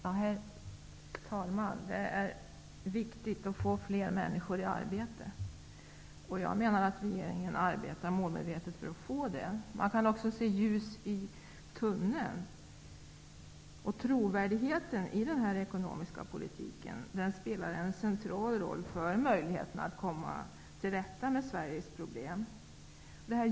Herr talman! Det är viktigt att få fler människor i arbete. Jag menar att regeringen arbetar målmedvetet för att det skall bli så. Man kan också se ljus i tunneln. Trovärdigheten i den ekonomiska politiken spelar en central roll för möjligheten att komma till rätta med Sveriges problem.